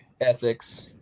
Ethics